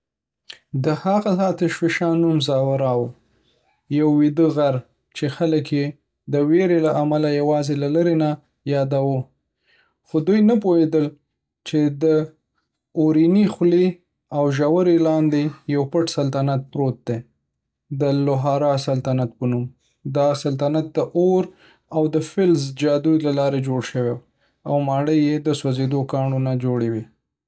د هغه آتش‌فشان نوم "زاورا" و — یوه ویده غر چې خلک‌یې د وېرې له امله یوازې له لرې نه یاداوه. خو دوی نه پوهېدل چې د دې اورینې خولې تر ژورې لاندې، یو پټ سلطنت پروت و، د “لُهاره سلطنت” په نوم. دا سلطنت د اور او فلز د جادوو له لارې جوړ شوی و. ماڼۍ یې د سوځېدلو کاڼو نه جوړې وې